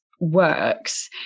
works